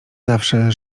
zawsze